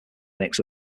mix